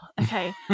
okay